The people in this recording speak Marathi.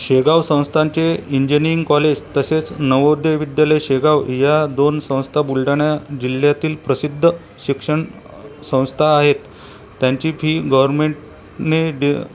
शेगांव संस्थानचे इंजनिंग कॉलेज तसेच नवोदय विद्यालय शेगांव या दोन संस्था बुलढाणा जिल्ह्यातील प्रसिद्ध शिक्षण संस्था आहेत त्यांची फी गव्हरमेंटने देअ